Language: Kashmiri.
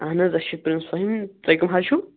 اَہَن حظ أسۍ چھِ پِرینٕس فٔہیٖم تُہۍ کٔم حظ چھُو